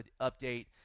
update